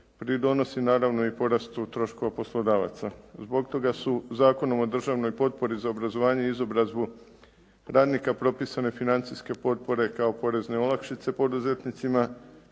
pridonosi naravno i porastu troškova poslodavaca. Zbog toga su Zakonom o državnoj potpori za obrazovanje i izobrazbu radnika propisane financijske potpore kao porezne olakšice poduzetnicima